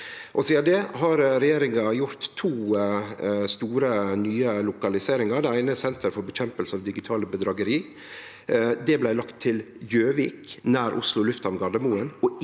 Sidan det har regjeringa gjort to store nye lokaliseringar. Det eine er eit senter for kamp mot digitale bedrageri. Det blei lagt til Gjøvik, nær Oslo lufthamn,